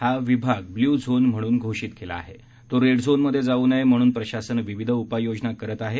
हा विभाग blue zone म्हणून घोषित आहे तो रेड झोन मध्ये जाऊ नये म्हणून प्रशासन विविध उपाय योजना करत आहे